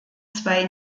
zwei